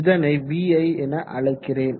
இதனை vi என அழைக்கிறேன்